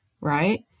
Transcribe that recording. right